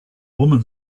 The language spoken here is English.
woman